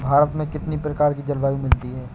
भारत में कितनी प्रकार की जलवायु मिलती है?